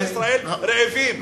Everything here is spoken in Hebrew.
50% מילדי ישראל רעבים,